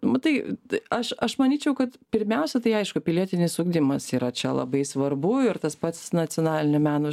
matai aš aš manyčiau kad pirmiausia tai aišku pilietinis ugdymas yra čia labai svarbu ir tas pats nacionalinio meno